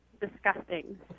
disgusting